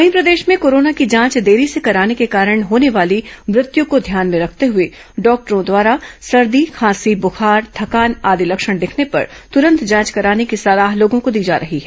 वहीं प्रदेश में कोरोना की जांच देरी से कराने के कारण होने वाली मृत्य को ध्यान में रखते हुए डॉक्टरों द्वारा सर्दी खांसी ब्रुखार थकान आदि लक्षण दिखने पर तुरंत जांच कराने की सलाह लोगों को दी जा रही है